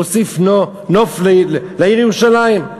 זה מוסיף נוף לעיר ירושלים.